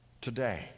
Today